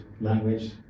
language